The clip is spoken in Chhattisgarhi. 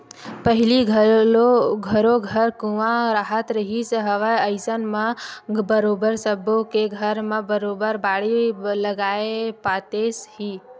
पहिली घरो घर कुँआ राहत रिहिस हवय अइसन म बरोबर सब्बो के घर म बरोबर बाड़ी लगाए पातेस ही